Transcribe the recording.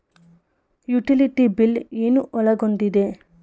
Utility bill ಏನು ಒಳಗೊಂಡಿದೆ?